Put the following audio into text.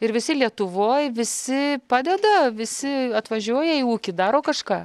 ir visi lietuvoj visi padeda visi atvažiuoja į ūkį daro kažką